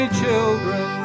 children